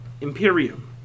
Imperium